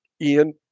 Ian